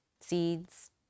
seeds